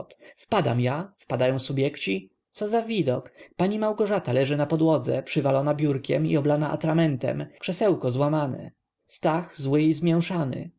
wpadam ja wpadają subjekci co za widok pani małgorzata leży na podłodze przywalona biurkiem i oblana atramentem krzesełko złamane stach zły i zmięszany